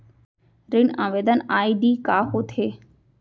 ऋण आवेदन आई.डी का होत हे?